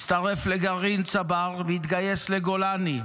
הצטרף לגרעין צבר והתגייס לגולני,